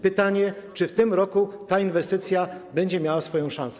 Pytanie: Czy w tym roku ta inwestycja będzie miała swoją szansę?